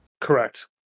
Correct